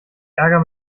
ärger